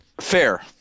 Fair